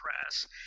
press